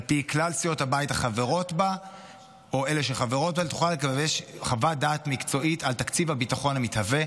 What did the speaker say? על פי כלל סיעות הבית החברות בה על תקציב הביטחון המתהווה.